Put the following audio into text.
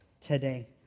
today